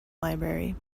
library